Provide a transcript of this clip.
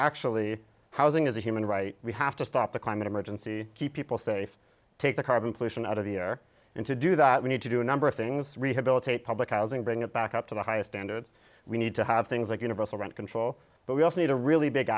actually housing is a human right we have to stop a climate emergency keep people safe take the carbon pollution out of the air and to do that we need to do a number of things rehabilitate public housing bring it back up to the highest standards we need to have things like universal rent control but we also need a really big